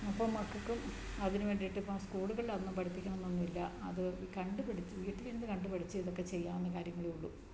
അപ്പോള് മക്കള്ക്കും അതിനുവേണ്ടിയിട്ട് ഇപ്പോള് സ്കൂളുകളിൽ അതൊന്നും പഠിപ്പിക്കണമെന്നൊന്നുമില്ല അത് കണ്ടുപഠിച്ച് വീട്ടിലിരുന്ന് കണ്ടുപഠിച്ച് ഇതൊക്കെ ചെയ്യാവുന്ന കാര്യങ്ങളേ ഉള്ളൂ